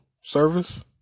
service